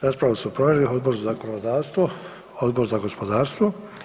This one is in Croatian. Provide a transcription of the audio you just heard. Raspravu su proveli Odbor za zakonodavstvo, Odbor za gospodarstvo.